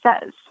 says